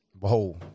Whoa